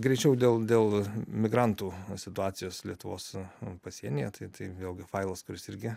greičiau dėl dėl migrantų situacijos lietuvos pasienyje tai tai vėlgi failas kuris irgi